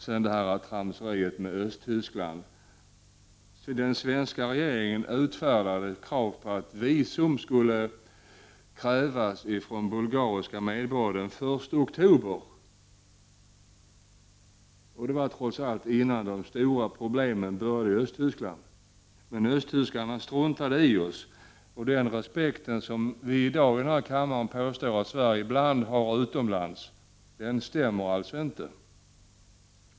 Sedan vill jag ta upp tramset med Östtyskland. Den svenska regeringen utfärdade den 1 oktober krav på att visum skulle krävas av bulgariska medborgare. Det var trots allt innan de stora problemen började i Östtyskland, men östtyskarna struntade i oss. Det som i dag påstås i denna kammare om att Sverige ibland har respekt utomlands stämmer alltså inte.